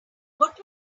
what